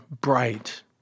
bright